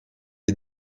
est